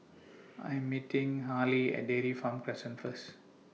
I Am meeting Harlie At Dairy Farm Crescent First